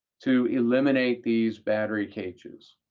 to eliminate these battery cages.